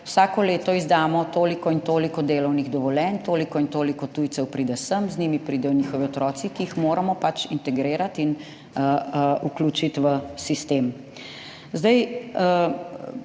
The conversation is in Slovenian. vsako leto izdamo toliko in toliko delovnih dovoljenj, toliko in toliko tujcev pride sem, z njimi pridejo njihovi otroci, ki jih moramo integrirati in vključiti v sistem.